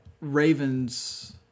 Raven's